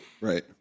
Right